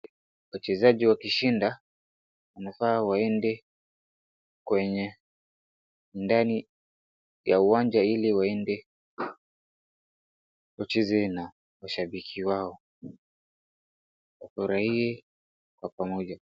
Wachezaji wakishinda wanafaa waende kwenye ndani ya uwanja ili waende wacheze na mashabiki wao. Wafurahie kwa pamoja.